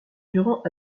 durand